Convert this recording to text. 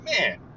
man